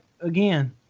again